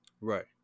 right